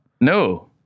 No